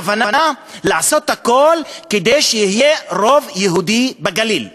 הכוונה לעשות הכול כדי שיהיה רוב יהודי בגליל.